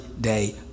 day